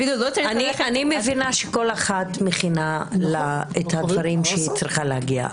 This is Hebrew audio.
אני מבינה שכל אחת מכינה לה את הדברים שהיא צריכה להגיד,